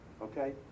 okay